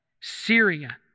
Syria